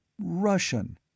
Russian